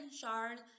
Charles